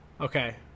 Okay